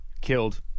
killed